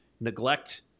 Neglect